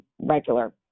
regular